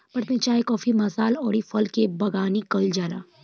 भारत में चाय काफी मसाल अउर फल के बगानी कईल जाला